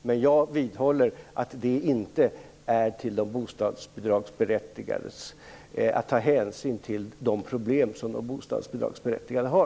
Men jag vidhåller att det inte är att ta hänsyn till de problem som de bostadsbidragsberättigade har.